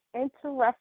interesting